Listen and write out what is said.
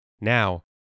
Now